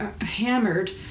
hammered